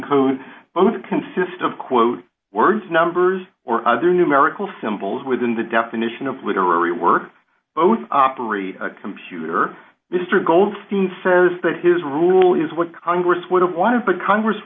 both consist of quoted words numbers or other numerical symbols within the definition of literary work both operate a computer mr goldstein says that his rule is what congress would have wanted but congress